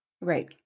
Right